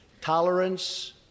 Tolerance